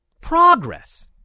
Progress